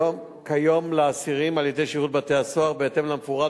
כיום לאסירים על-ידי שירות בתי-הסוהר בהתאם למפורט,